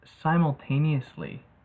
simultaneously